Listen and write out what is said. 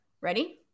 Ready